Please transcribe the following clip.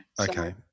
Okay